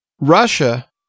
Russia